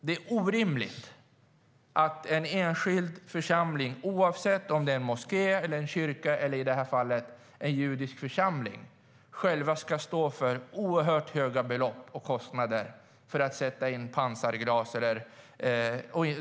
Det är orimligt att en enskild församling, oavsett om det är en moské, en kyrka eller, som i det här fallet, en judisk församling, själv ska stå för oerhört höga kostnader för att sätta in pansarglas.